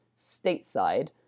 stateside